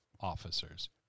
officers